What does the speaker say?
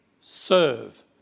serve